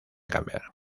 cambiar